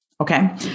okay